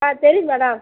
ஆ தெரியும் மேடம்